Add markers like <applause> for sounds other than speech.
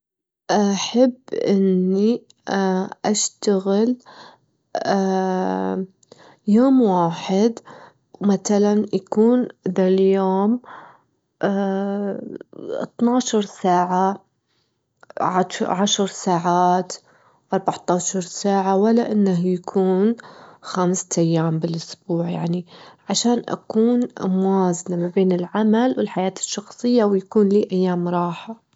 أحب إني <hesitation> أشتغل <hesitation> يوم واحد متلًا يكون ذا اليوم <hesitation> اتناشر ساعة، عشر ساعات، أربعتاشر ساعة، ولا إنه يكون خمس تيام بالأسبوع يعني، عشان أكون موازنة مابين العمل والحياة الشخصية ويكون لي أيام راحة.